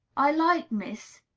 i like miss,